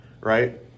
right